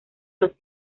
los